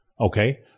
okay